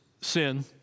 sin